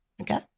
Okay